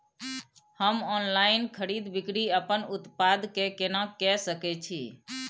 हम ऑनलाइन खरीद बिक्री अपन उत्पाद के केना के सकै छी?